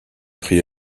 prix